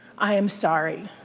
i am sorry.